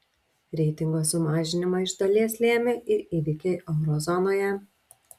reitingo sumažinimą iš dalies lėmė ir įvykiai euro zonoje